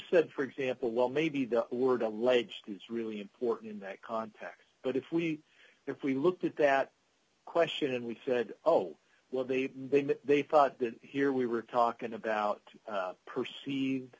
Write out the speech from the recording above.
said for example well maybe the word alleged is really important in that context but if we if we looked at that question and we said oh well they've been they've been here we were talking about perceived